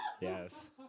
Yes